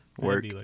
work